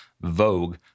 Vogue